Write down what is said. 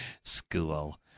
school